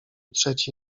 trzeci